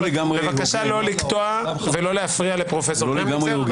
בבקשה לא לקטוע, ולא להפריע לפרופ' קרמניצר.